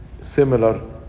similar